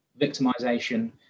victimization